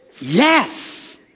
Yes